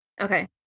okay